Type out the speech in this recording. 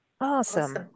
Awesome